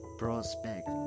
prospect